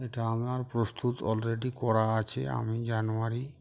এটা আমার আর প্রস্তুত অলরেডি করা আছে আমি জানুয়ারি